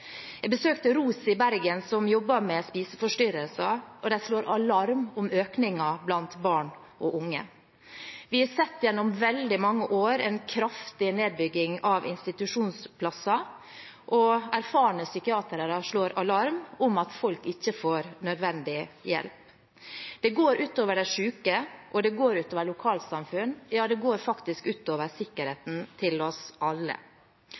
Jeg besøkte ROS i Bergen, som jobber med spiseforstyrrelser, og de slår alarm om økningen blant barn og unge. Vi har gjennom veldig mange år sett en kraftig nedbygging av institusjonsplasser, og erfarne psykiatere slår alarm om at folk ikke får nødvendig hjelp. Det går ut over de syke, og det går ut over lokalsamfunn – ja, det går faktisk ut over sikkerheten til oss alle.